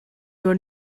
your